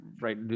right